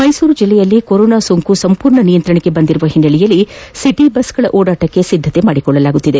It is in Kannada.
ಮೈಸೂರು ಜಿಲ್ಲೆಯಲ್ಲಿ ಕೊರೋನಾ ಸೋಂಕು ಸಂಪೂರ್ಣ ನಿಯಂತ್ರಣಕ್ಕೆ ಬಂದಿರುವ ಹಿನ್ನೆಲೆಯಲ್ಲಿ ಸಿಟಿ ಬಸ್ ಸಂಚಾರಕ್ಕೆ ಸಿದ್ದತೆ ಮಾಡಿಕೊಳ್ಳಲಾಗುತ್ತಿದೆ